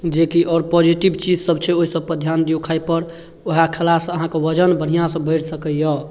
जेकि आओर पॉजिटिव चीजसभ छै ओहि सभपर ध्यान दियौ खाइपर उएह खयलासँ अहाँके वजन बढ़िआँसँ बढ़ि सकैए